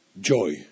joy